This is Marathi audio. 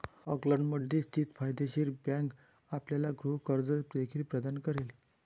ऑकलंडमध्ये स्थित फायदेशीर बँक आपल्याला गृह कर्ज देखील प्रदान करेल